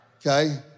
Okay